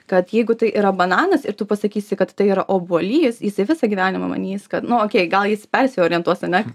kad jeigu tai yra bananas ir tu pasakysi kad tai yra obuolys jisai visą gyvenimą manys kad nu okei gal jis persiorientuos ane